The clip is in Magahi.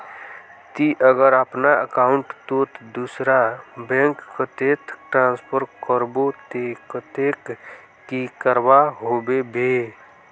ती अगर अपना अकाउंट तोत दूसरा बैंक कतेक ट्रांसफर करबो ते कतेक की करवा होबे बे?